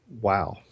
Wow